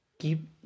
Keep